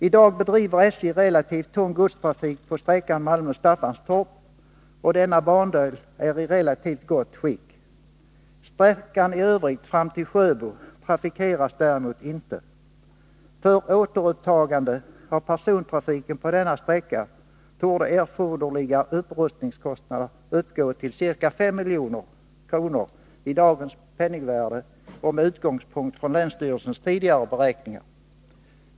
I dag bedriver SJ relativt tung godstrafik på sträckan Malmö-Staffanstorp, och denna bandel är i relativt gott skick. Sträckan i övrigt fram till Sjöbo trafikeras däremot inte. För återupptagande av persontrafiken på denna sträcka torde erforderliga upprustningskostnader uppgå till ca 5 milj.kr. i dagens penningvärde och med utgångspunkt i länsstyrelsens tidigare beräkningar.